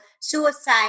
suicide